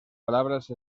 palabras